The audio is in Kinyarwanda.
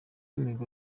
mihigo